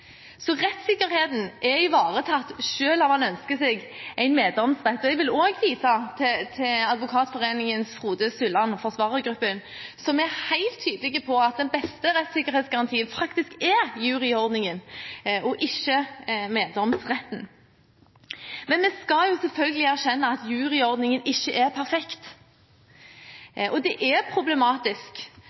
Jeg vil også vise til Advokatforeningens Frode Sulland, forsvarergruppen, som er helt tydelig på at den beste rettssikkerhetsgarantien faktisk er juryordningen og ikke meddomsretten. Men vi skal selvfølgelig erkjenne at juryordningen ikke er perfekt. Det er problematisk